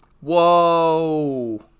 Whoa